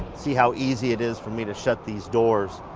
see how easy it is for me to shut these doors?